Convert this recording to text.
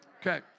Okay